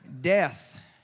Death